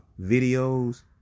videos